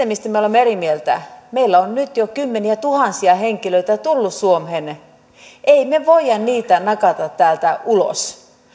mistä me me olemme eri mieltä meillä on nyt jo kymmeniätuhansia henkilöitä tullut suomeen emme me voi heitä nakata täältä ulos